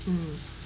mm